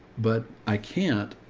but i can't.